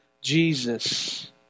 Jesus